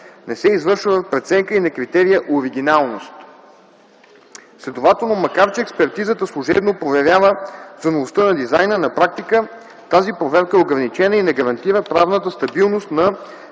Не се извършва преценка и на критерия „оригиналност”. Следователно, макар че експертизата служебно проверява за новостта на дизайна, на практика тази проверка е ограничена и не гарантира правната стабилност на